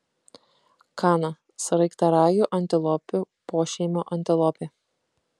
kana sraigtaragių antilopių pošeimio antilopė